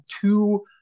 two